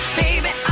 baby